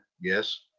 yes